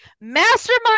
mastermind